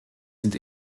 sind